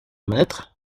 maître